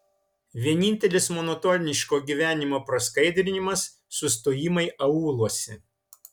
vienintelis monotoniško gyvenimo praskaidrinimas sustojimai aūluose